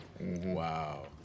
Wow